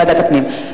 ועדת הפנים.